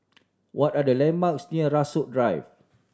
what are the landmarks near Rasok Drive